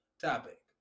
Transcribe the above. topic